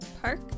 Park